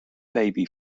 baby